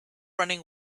running